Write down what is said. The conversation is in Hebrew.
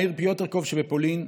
מהעיר פיוטרקוב שבפולין,